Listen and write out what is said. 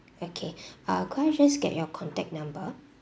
okay uh could I just get your contact number